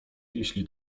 jeśli